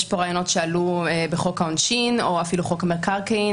יש פה רעיונות שעלו בחוק העונשין או אפילו בחוק המקרקעין,